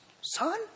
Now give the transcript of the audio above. son